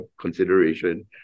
consideration